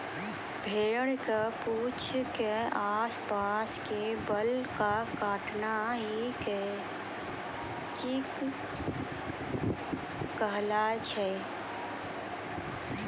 भेड़ के पूंछ के आस पास के बाल कॅ काटना हीं क्रचिंग कहलाय छै